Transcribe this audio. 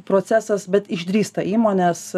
procesas bet išdrįsta įmonės